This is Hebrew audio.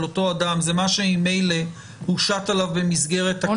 אותו אדם זה מה שממילא הושת עליו במסגרת הקנס --- אפשר